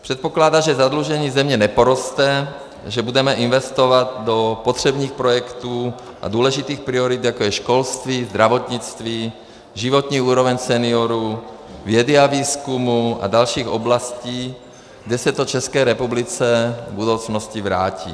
Předpokládá, že zadlužení země neporoste, že budeme investovat do potřebných projektů a důležitých priorit, jako je školství, zdravotnictví, životní úroveň seniorů, vědy a výzkumu a dalších oblastí, kde se to České republice v budoucnosti vrátí.